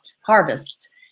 harvests